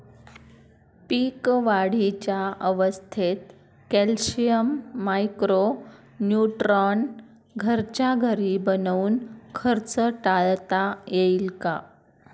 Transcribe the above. पीक वाढीच्या अवस्थेत calcium, micro neutron घरच्या घरी बनवून खर्च टाळता येईल का?